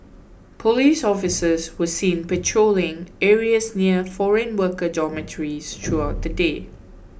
police officers were seen patrolling areas near foreign worker dormitories throughout the day